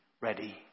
ready